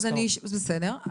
בסדר.